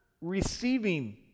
receiving